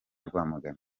rwamagana